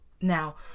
Now